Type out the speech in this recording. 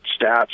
stats